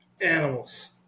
Animals